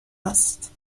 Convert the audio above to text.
است